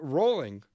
rolling